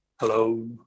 Hello